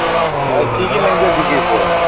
কি কি লেংগুৱেজ শিকিছে